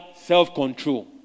self-control